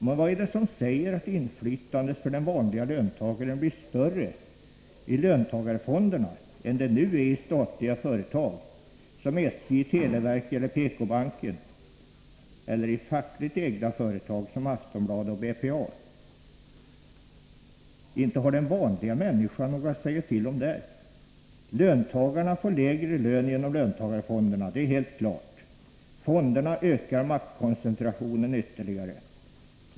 Men vad är det som säger att inflytandet för den vanlige löntagaren blir större i löntagarfonderna än det nu är i statliga företag som SJ, televerket och PK-banken, eller i fackligt ägda företag som Aftonbladet och BPA? Inte har den vanliga människan något att säga till om där. Löntagarna får lägre lön genom löntagarfonderna; det är helt klart. Fonderna ökar maktkoncentrationen ytterligare.